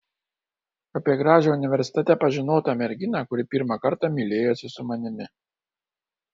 apie gražią universitete pažinotą merginą kuri pirmą kartą mylėjosi su manimi